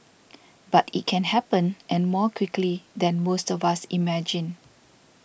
but it can happen and more quickly than most of us imagine